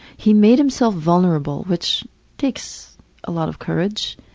he made himself vulnerable, which takes a lot of courage,